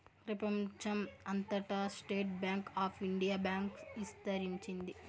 ప్రెపంచం అంతటా state bank of India bank ఇస్తరించింది